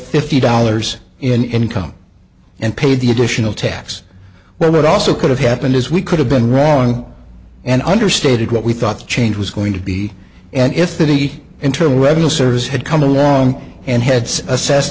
fifty dollars in income and paid the additional tax well that also could have happened as we could have been wrong and understated what we thought the change was going to be and if any internal revenue service had come along and heads assess